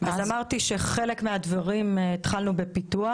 לגבי חלק מהדברים התחלנו בפיתוח.